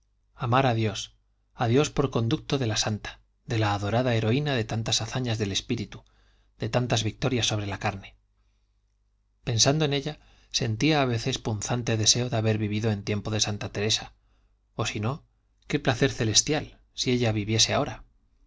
amar a dios a dios por conducto de la santa de la adorada heroína de tantas hazañas del espíritu de tantas victorias sobre la carne pensando en ella sentía a veces punzante deseo de haber vivido en tiempo de santa teresa o si no qué placer celestial si ella viviese ahora